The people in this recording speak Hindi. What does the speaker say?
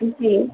जी